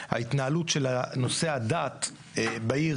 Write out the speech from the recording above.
התנהלות נושא הדת בעיר,